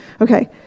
okay